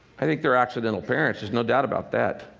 i think there are accidental parents there's no doubt about that.